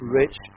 rich